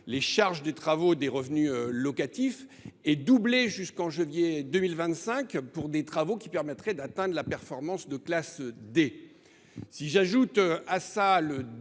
les charges des travaux des revenus locatifs, est doublé jusqu’en janvier 2025 pour des travaux permettant d’atteindre la performance de classe D. Si j’ajoute à cela le